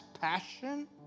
passion